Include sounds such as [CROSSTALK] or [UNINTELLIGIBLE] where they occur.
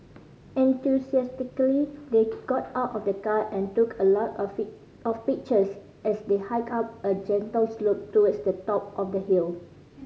enthusiastically they got out of the car and took a lot of [UNINTELLIGIBLE] of pictures as they hiked up a gentle slope towards the top of the hill